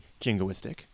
jingoistic